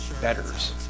betters